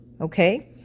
Okay